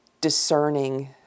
discerning